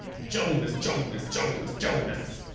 jonas! jonas! jonas! jonas!